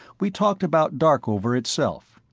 we talked about darkover itself.